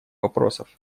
вопросов